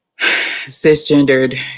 cisgendered